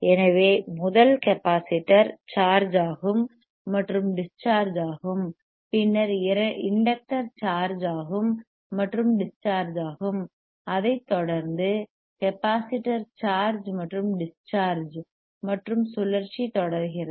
எனவே முதல் capacitor charge ஆகும் மற்றும் டிஸ் சார்ஜ் ஆகும் பின்னர் இண்டக்டர் சார்ஜ் ஆகும் மற்றும் டிஸ் சார்ஜ் ஆகும் அதைத் தொடர்ந்து கெப்பாசிட்டர் சார்ஜ் மற்றும் டிஸ் சார்ஜ் மற்றும் சுழற்சி தொடர்கிறது